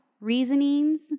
reasonings